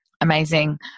Amazing